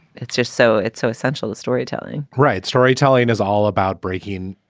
it's just so it's so essential, the storytelling, right? storytelling is all about breaking.